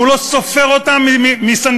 והוא לא סופר אותם מסנטימטר.